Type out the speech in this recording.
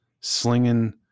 slinging